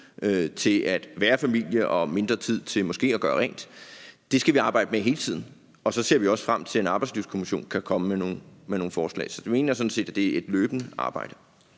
til at være familie og lidt mindre tid brugt på måske at gøre rent. Det skal vi arbejde med hele tiden, og så ser vi også frem til, at en arbejdslivskommission kan komme med nogle forslag. Så det mener jeg sådan set er et løbende arbejde.